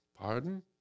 Pardon